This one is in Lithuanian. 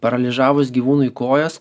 paralyžiavus gyvūnui kojas